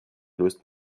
löst